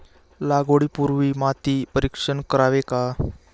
लागवडी पूर्वी माती परीक्षण करावे का?